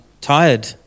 tired